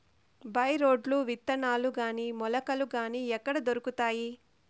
By రోడ్లు విత్తనాలు గాని మొలకలు గాని ఎక్కడ దొరుకుతాయి?